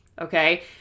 okay